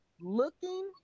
looking